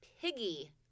Piggy